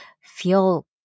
feel